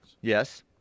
yes